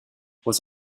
was